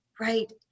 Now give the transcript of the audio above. right